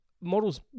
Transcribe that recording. models